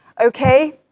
Okay